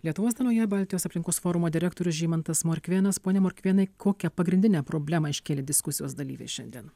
lietuvos dienoje baltijos aplinkos forumo direktorius žymantas morkvėnas pone morkvėnai kokią pagrindinę problemą iškėlė diskusijos dalyviai šiandien